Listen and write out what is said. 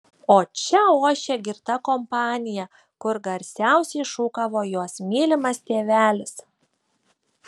o čia ošė girta kompanija kur garsiausiai šūkavo jos mylimas tėvelis